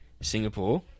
Singapore